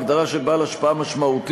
ההגדרה של בעל השפעה משמעותית,